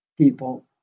people